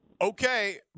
Okay